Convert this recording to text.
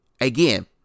Again